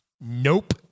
Nope